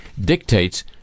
dictates